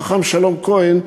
חכם שלום כהן,